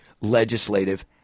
legislative